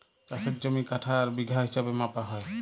চাষের জমি কাঠা আর বিঘা হিছাবে মাপা হ্যয়